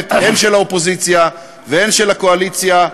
הן של האופוזיציה והן של הקואליציה,